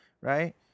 right